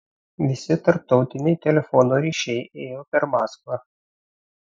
visi tarptautiniai telefono ryšiai ėjo per maskvą